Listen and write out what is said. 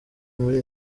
muri